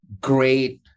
great